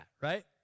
right